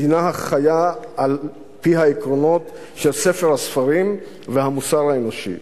מדינה החיה על-פי עקרונות של ספר הספרים והמוסר האנושי.